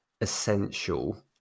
essential